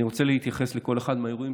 אני רוצה להתייחס לכל אחד מהאירועים